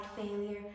failure